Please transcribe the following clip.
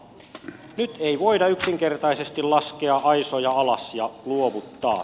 nyt ei voida yksinkertaisesti laskea aisoja alas ja luovuttaa